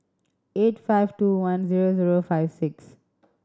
eight five two one zero zero five six